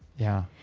yeah.